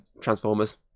Transformers